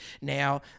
Now